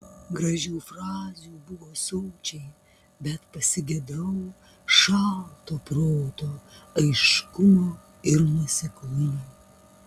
gražių frazių buvo sočiai bet pasigedau šalto proto aiškumo ir nuoseklumo